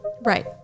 Right